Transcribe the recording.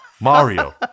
Mario